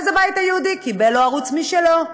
אז הבית היהודי קיבל לו ערוץ משלו,